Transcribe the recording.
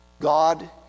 God